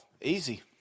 easy